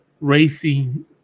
racing